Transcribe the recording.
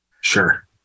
Sure